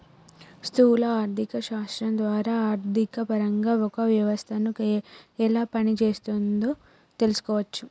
స్థూల ఆర్థిక శాస్త్రం ద్వారా ఆర్థికపరంగా ఒక వ్యవస్థను ఎలా పనిచేస్తోందో తెలుసుకోవచ్చు